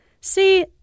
See